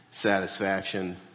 satisfaction